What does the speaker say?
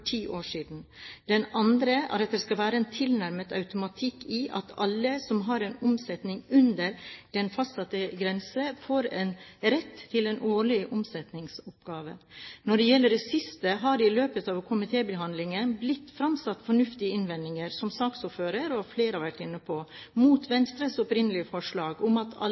ti år siden. Det andre er at det skal være en tilnærmet automatikk i at alle som har en omsetning under den fastsatte grensen, får rett til en årlig omsetningsoppgave. Når det gjelder det siste, har det i løpet av komitébehandlingen blitt fremsatt fornuftige innvendinger – som saksordføreren og flere har vært inne på – mot Venstres opprinnelige forslag om at